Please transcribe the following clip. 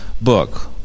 Book